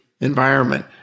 environment